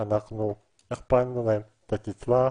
הכפלנו להם את הקצבה,